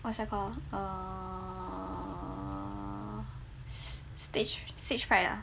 what's that call err stag~ stage fright ah